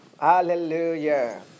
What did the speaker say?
Hallelujah